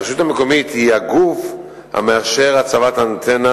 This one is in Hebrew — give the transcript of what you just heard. הרשות המקומית היא הגוף המאשר הצבת אנטנה